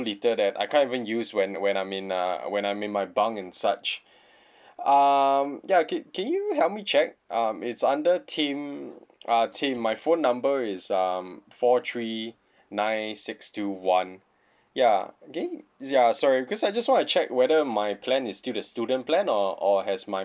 little that I can't even use when when I'm in uh when I'm in my bunk and such um ya can can you help me check um it's under tim uh tim my phone number is um four three nine six two one ya can you ya sorry because I just wanna check whether my plan is still the student plan or or has my